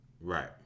Right